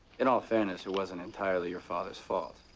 in all fairness, it wasn't entirely your father's fault.